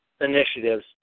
initiatives